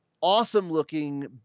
awesome-looking